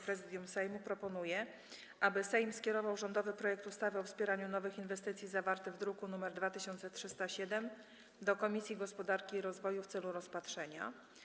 Prezydium Sejmu, proponuje, aby Sejm skierował rządowy projekt ustawy o wspieraniu nowych inwestycji, zawarty w druku nr 2307, do Komisji Gospodarki i Rozwoju w celu rozpatrzenia.